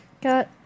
Got